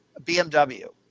BMW